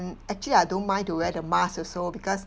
actually I don't mind to wear the mask also because